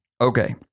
Okay